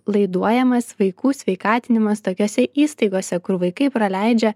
laiduojamas vaikų sveikatinimas tokiose įstaigose kur vaikai praleidžia